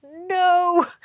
No